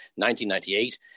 1998